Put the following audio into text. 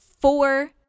four